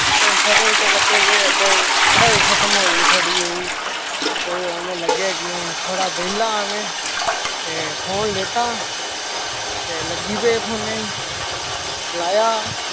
ते शैह्रैं बिच्च बच्चे केह् करदे पढ़ाई खत्म होई थोह्ड़ी जेही मतलव उनें लग्गेआ कि थोह्ड़ा बेह्ल्लां में ते फोन लैत्ता ते लग्गी पे फोने ते चलाया